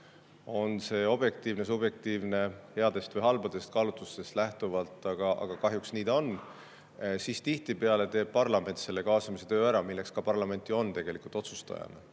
On see objektiivne, subjektiivne, headest või halbadest kaalutlustest lähtuvalt, aga kahjuks nii ta on. Tihtipeale teeb parlament selle kaasamise töö ära, milleks ka parlament ju on tegelikult otsustajana.